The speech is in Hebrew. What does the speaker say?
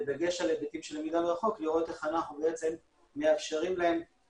בדגש על היבטים של למידה מרחוק לראות איך אנחנו מאפשרים להם